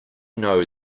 know